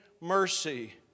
mercy